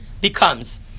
becomes